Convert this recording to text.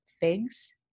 figs